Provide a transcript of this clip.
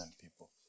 people